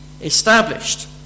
established